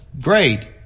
great